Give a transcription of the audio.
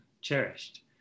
cherished